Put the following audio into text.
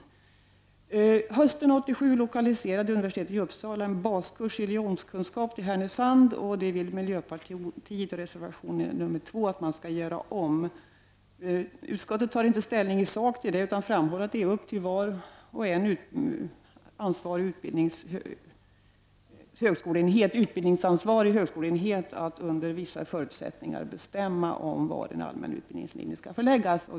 Hösten 1987 utlokaliserade universitetet i Uppsala en baskurs i religionskunskap till Härnösand. Detta vill miljöpartiet i reservation nr 2 att man skall göra om. Utskottet tar inte ställning i sak till denna fråga utan framhåller att det ankommer på varje utbildningsansvarig högskoleenhet att under vissa förutsättningar bestämma var en allmän utbildningslinje skall förläggas.